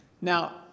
Now